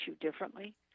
differently